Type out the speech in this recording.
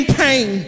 pain